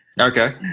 Okay